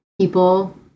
people